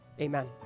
Amen